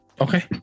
Okay